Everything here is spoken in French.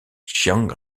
chiang